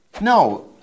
No